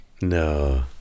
No